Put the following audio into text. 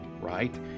right